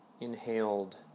inhaled